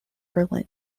berlin